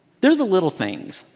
there are the little things.